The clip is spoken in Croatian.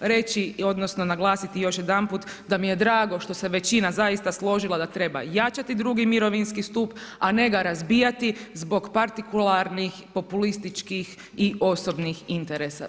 reći, odnosno naglasiti još jedanput da mi je drago što se većina zaista složila da treba jačati drugi mirovinski stup a ne ga razbijati zbog partikularnih, populističkih i osobnih interesa.